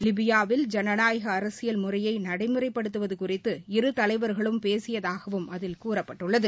லிபியாவில் ஜனநாயக அரசியல் முறையை நடைமுறைப்படுத்துவது குறித்து இருதலைவர்களும் பேசியதாகவும் அதில் கூறப்பட்டுள்ளது